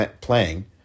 playing